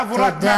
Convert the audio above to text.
חבורת מאכערים.